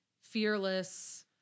fearless